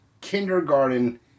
kindergarten